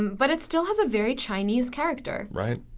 but it still has a very chinese character. right.